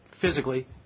physically